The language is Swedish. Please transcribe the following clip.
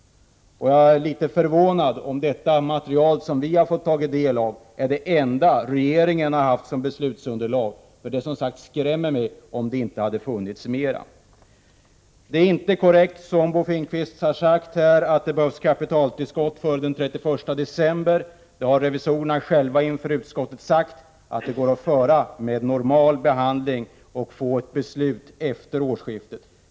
Jag är litet förvånad om det material som vi har fått ta del av är det enda material som regeringen har haft som beslutsunderlag. Det skrämmer mig om det inte har funnits mera. Det är inte korrekt, som Bo Finnkvist har sagt, att det behövs kapitaltillskott före den 31 december. Revisorerna har själva inför utskottet sagt att det går bra med normal behandling och att man skulle fatta ett beslut efter årsskiftet.